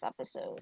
episode